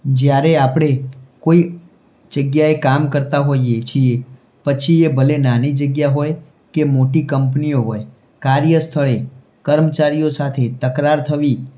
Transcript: જ્યારે આપણે કોઈ જગ્યાએ કામ કરતા હોઈએ છીએ પછી એ ભલે નાની જગ્યા હોય કે મોટી કંપનીઓ હોય કાર્ય સ્થળે કર્મચારીઓ સાથે તકરાર થવી